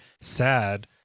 sad